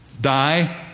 Die